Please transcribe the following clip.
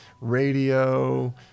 radio